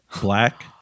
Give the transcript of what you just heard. Black